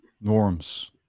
norms